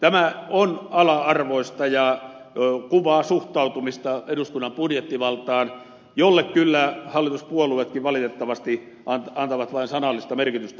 tämä on ala arvoista ja kuvaa suhtautumista eduskunnan budjettivaltaan jolle kyllä hallituspuolueetkin valitettavasti antavat vain sanallista merkitystä